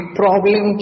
problem